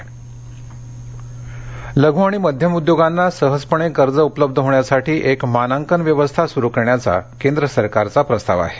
गडकरी लघू आणि मध्यम उद्योगांना सहजपणे कर्ज उपलब्ध होण्यासाठी एक मानांकन व्यवस्था सुरु करण्याचा केंद्र सरकारचा प्रस्ताव आहे